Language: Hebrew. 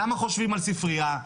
למה חושבים על ספריה?